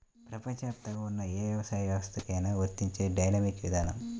ప్రపంచవ్యాప్తంగా ఉన్న ఏ వ్యవసాయ వ్యవస్థకైనా వర్తించే డైనమిక్ విధానం